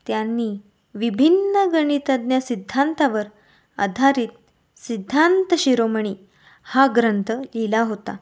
त्यांनी विभिन्न गणितज्ञ सिद्धांतावर आधारित सिद्धांत शिरोमणी हा ग्रंथ लिहिला होता